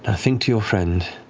ah think to your friend,